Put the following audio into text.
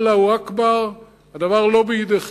אללה הוא אכבר, הדבר לא בידיכם.